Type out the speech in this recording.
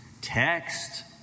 Text